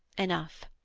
enough!